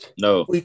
No